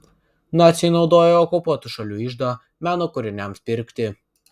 naciai naudojo okupuotų šalių iždą meno kūriniams pirkti